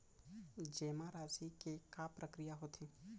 जेमा राशि के का प्रक्रिया होथे?